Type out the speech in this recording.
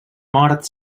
mort